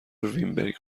وینبرگ